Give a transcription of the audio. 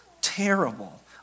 terrible